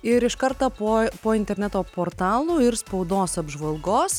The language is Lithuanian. ir iš karto po po interneto portalų ir spaudos apžvalgos